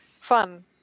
fun